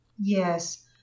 Yes